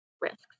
risks